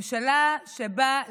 זו ממשלה שבה,